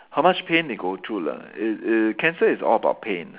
how much pain they go through lah err err cancer is all about pain